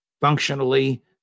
Functionally